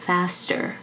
Faster